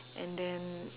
and then